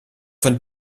von